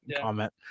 comment